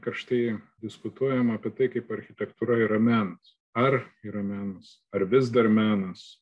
karštai diskutuojama apie tai kaip architektūra yra menas ar yra menas ar vis dar menas